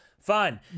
fun